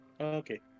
Okay